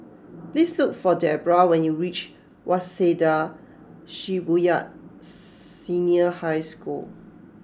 please look for Deborrah when you reach Waseda Shibuya Senior High School